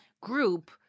group –